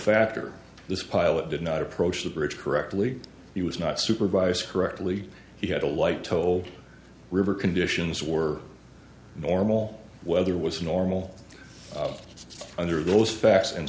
factor this pilot did not approach the bridge correctly he was not supervised correctly he had a light told river conditions were normal weather was normal under those facts and